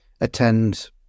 attend